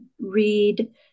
Read